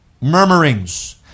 murmurings